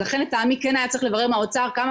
לכן לטעמי כן היה צריך לברר עם האוצר כמה